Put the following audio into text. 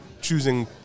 choosing